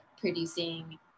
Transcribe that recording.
producing